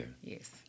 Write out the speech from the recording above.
Yes